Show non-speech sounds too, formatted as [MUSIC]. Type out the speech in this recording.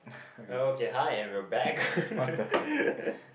oh okay hi and we're back [LAUGHS]